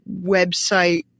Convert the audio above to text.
website